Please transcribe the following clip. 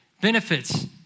Benefits